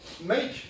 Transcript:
make